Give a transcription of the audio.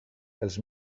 els